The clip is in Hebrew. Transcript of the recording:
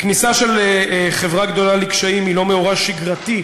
כניסה של חברה גדולה לקשיים היא לא מאורע שגרתי,